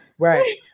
Right